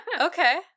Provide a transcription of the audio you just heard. okay